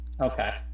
Okay